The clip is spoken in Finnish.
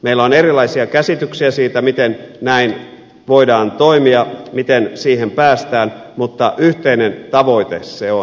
meillä on erilaisia käsityksiä siitä miten näin voidaan toimia miten siihen päästään mutta yhteinen tavoite se on